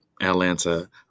atlanta